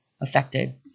affected